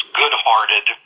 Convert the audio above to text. good-hearted